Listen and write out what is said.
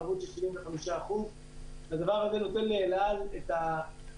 הערבות היא 75%. הדבר הזה נותן לאל על את הדלק,